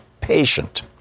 patient